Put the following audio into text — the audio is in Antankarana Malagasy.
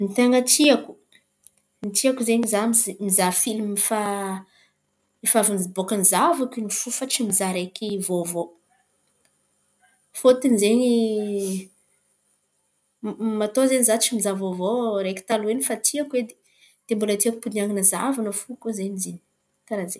Ny ten̈a tiako ny tiako izen̈y za mizaha film efa avy nibôaka nizahavako in̈y. Koa fa tsy mizaha raiky vôvô fôtony izen̈y m- matoa izen̈y za tsy mizaha vôvô raiky taloha in̈y efa tiako edy de mbôla tiako ampodian̈ana zahavana fô karà zey.